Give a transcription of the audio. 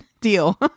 deal